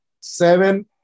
seven